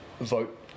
vote